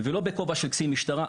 ולא בכובע של קצין משטרה,